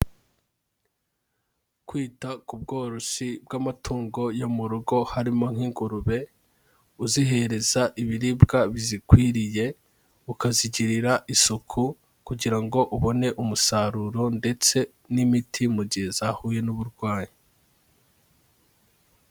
Kwita ku bworozi bw'amatungo yo mu rugo harimo nk'ingurube, uzihereza ibiribwa bizikwiriye, ukazigirira isuku kugira ngo ubone umusaruro, ndetse n'imiti mu gihe zahuye n'uburwayi.